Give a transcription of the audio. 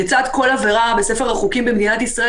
לצד כל עבירה בספר החוקים במדינת ישראל